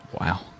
Wow